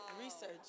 research